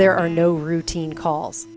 there are no routine calls